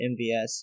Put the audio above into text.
MVS